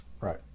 Right